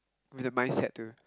with the mindset to